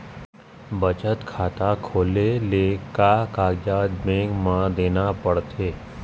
बचत खाता खोले ले का कागजात बैंक म देना पड़थे?